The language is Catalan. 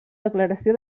declaració